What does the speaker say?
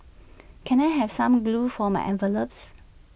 can I have some glue for my envelopes